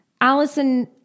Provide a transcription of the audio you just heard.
Allison